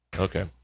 Okay